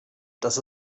dass